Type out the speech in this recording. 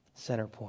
Centerpoint